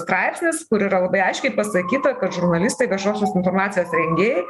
straipsnis kur yra labai aiškiai pasakyta kad žurnalistai viešosios informacijos rengėjai